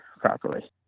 properly